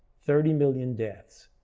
thirty million deaths,